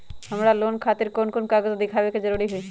हमरा लोन खतिर कोन कागज दिखावे के जरूरी हई?